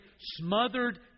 smothered